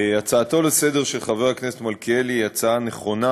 הצעתו לסדר-היום של חבר הכנסת מלכיאלי היא הצעה נכונה,